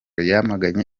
yamaganye